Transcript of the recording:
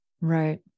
Right